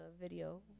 video